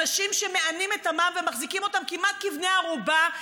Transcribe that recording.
אנשים שמענים את עמם ומחזיקים אותם כמעט כבני ערובה.